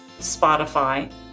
Spotify